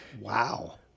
Wow